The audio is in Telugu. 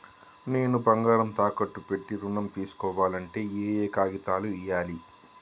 నేను బంగారం తాకట్టు పెట్టి ఋణం తీస్కోవాలంటే ఏయే కాగితాలు ఇయ్యాలి?